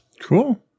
Cool